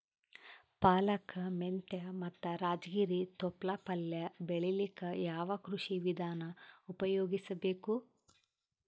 ಪಾಲಕ, ಮೆಂತ್ಯ ಮತ್ತ ರಾಜಗಿರಿ ತೊಪ್ಲ ಪಲ್ಯ ಬೆಳಿಲಿಕ ಯಾವ ಕೃಷಿ ವಿಧಾನ ಉಪಯೋಗಿಸಿ ಬೇಕು?